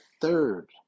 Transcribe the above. third